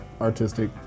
artistic